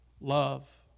love